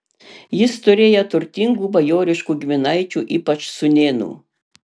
jis turėjo turtingų bajoriškų giminaičių ypač sūnėnų